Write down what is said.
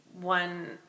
one